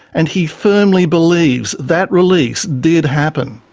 and he firmly believes that release did happen.